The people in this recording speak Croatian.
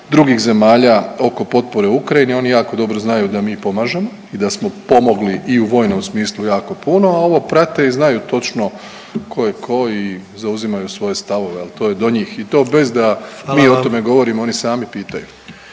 drugih zemalja oko potpore Ukrajini oni jako dobro znaju da mi pomažemo i da smo pomogli i u vojnom smislu jako puno, a ovo prate i znaju točno tko je tko i zauzimaju svoje stavove, ali to je do njih i to bez da mi …/Upadica: Hvala./… o tome govorimo, oni sami pitanju.